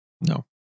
No